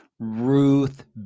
ruth